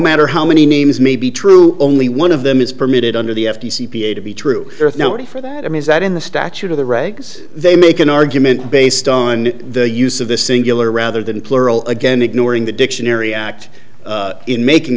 matter how many names may be true only one of them is permitted under the f t c to be true nobody for that i mean is that in the statute of the regs they make an argument based on the use of the singular rather than plural again ignoring the dictionary act in making